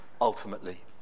ultimately